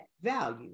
value